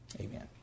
amen